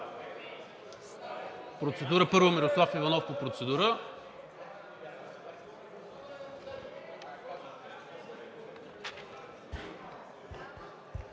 процедура,